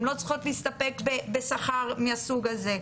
הן לא צריכות להסתפק בשכר מהסוג הזה.